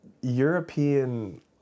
European